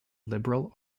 liberal